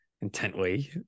intently